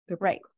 Right